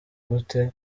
gute